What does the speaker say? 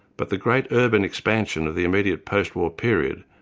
but the great urban expansion of the immediate post war period,